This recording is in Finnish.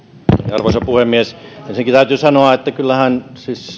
arvoisa puhemies ensinnäkin täytyy sanoa että kyllähän